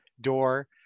door